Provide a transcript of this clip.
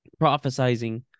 Prophesizing